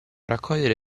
raccogliere